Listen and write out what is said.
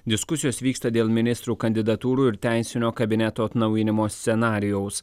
diskusijos vyksta dėl ministrų kandidatūrų ir teisinio kabineto atnaujinimo scenarijaus